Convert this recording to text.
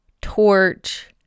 torch